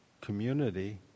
community